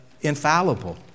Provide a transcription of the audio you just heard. infallible